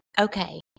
okay